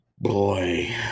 Boy